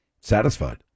satisfied